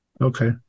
Okay